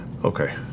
Okay